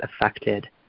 affected